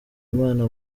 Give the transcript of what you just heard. imana